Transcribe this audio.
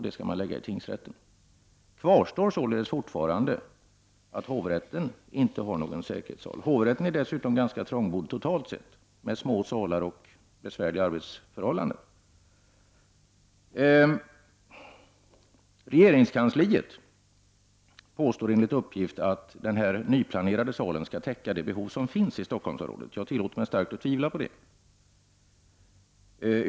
Den skall läggas i tingsrätten. Kvarstår fortfarande att hovrätten inte har någon säkerhetssal. Hovrätten är dessutom ganska trångbodd totalt sett med små salar och besvärliga arbetsförhållanden. Regeringskansliet påstår enligt uppgift att den nyplanerade salen skall täcka det behov som finns i Stockholmsområdet. Jag tillåter mig att starkt tvivla på det.